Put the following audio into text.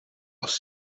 als